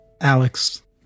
Alex